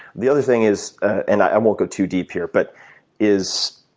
the other thing is and i won't go too deep here but is,